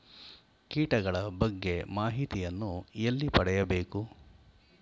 ಕೀಟಗಳ ಬಗ್ಗೆ ಮಾಹಿತಿಯನ್ನು ಎಲ್ಲಿ ಪಡೆಯಬೇಕು?